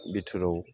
भिटोराव